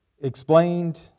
explained